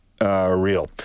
Real